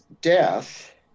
death